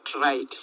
right